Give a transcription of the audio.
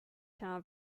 town